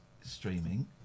streaming